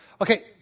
Okay